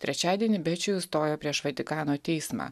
trečiadienį bečijus stojo prieš vatikano teismą